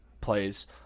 plays